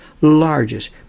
largest